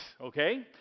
Okay